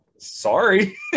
sorry